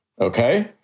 okay